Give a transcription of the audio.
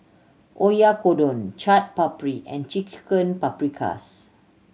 Oyakodon Chaat Papri and Chicken Paprikas